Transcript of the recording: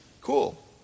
cool